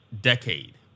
decade